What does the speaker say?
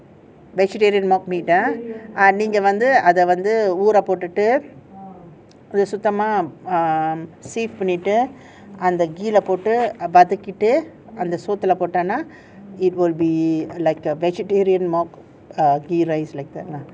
vegetarian mock meat ah நீங்க வந்து அத வந்து ஊற போட்டுட்டு சுத்தமா:neenga vanthu atha vanthu oora pottutu suthama um sieve பண்ணிட்டு அந்த:pannitu antha ghee போட்டு வதக்கிட்டு அந்த சொத்துல போட்டானா:potu vathakittu antha sothula pottana it will be like a vegetarian mock err mock ghee rice like that lah